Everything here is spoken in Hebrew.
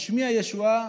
משמיע ישועה,